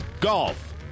Golf